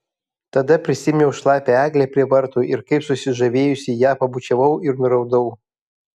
tada prisiminiau šlapią eglę prie vartų ir kaip susižavėjusi ją pabučiavau ir nuraudau